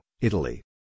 Italy